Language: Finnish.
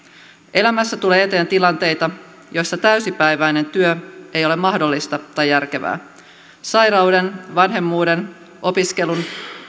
elämässä tulee eteen tilanteita joissa täysipäiväinen työ ei ole mahdollista tai järkevää sairauden vanhemmuuden opiskelun